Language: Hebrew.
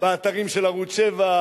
באתרים של ערוץ-7,